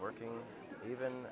working even